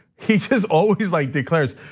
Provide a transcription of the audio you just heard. he is always like declares,